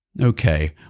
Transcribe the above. Okay